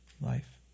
Life